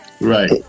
Right